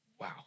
Wow